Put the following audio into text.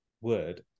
word